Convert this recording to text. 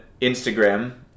Instagram